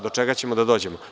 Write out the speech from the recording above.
Do čega ćemo da dođemo?